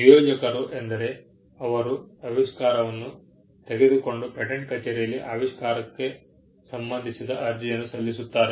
ನಿಯೋಜಕರು ಎಂದರೆ ಅವರು ಆವಿಷ್ಕಾರವನ್ನು ತೆಗೆದುಕೊಂಡು ಪೇಟೆಂಟ್ ಕಚೇರಿಯಲ್ಲಿ ಆವಿಷ್ಕಾರಕ್ಕೆ ಸಂಬಂಧಿಸಿದ ಅರ್ಜಿಯನ್ನು ಸಲ್ಲಿಸುತ್ತಾರೆ